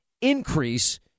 increase